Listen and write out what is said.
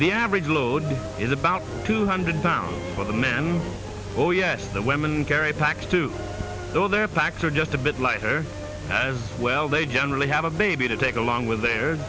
the average load is about two hundred pounds for the men oh yes the women carry packs too though their packs are just a bit lighter as well they generally have a baby to take along with their